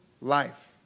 life